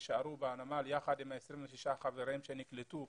שיישארו בנמל יחד עם ה-26 חברים שנקלטו